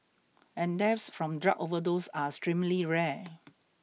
and deaths from drug overdose are extremely rare